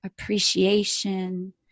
appreciation